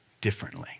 differently